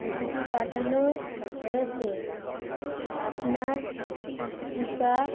OTP পাঠানো হয়েছে আপনার টিকা